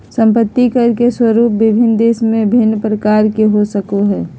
संपत्ति कर के स्वरूप विभिन्न देश में भिन्न प्रकार के हो सको हइ